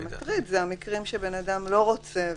המטריד הם המקרים שבהם הבן אדם לא רוצה.